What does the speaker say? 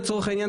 לצורך העניין,